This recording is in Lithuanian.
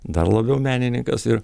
dar labiau menininkas ir